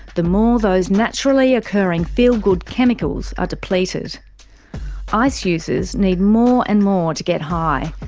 the more those naturally occurring feel-good chemicals are depleted. ice users need more and more to get high,